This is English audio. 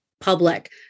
public